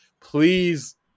Please –